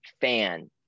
fan